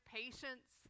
patience